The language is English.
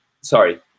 Sorry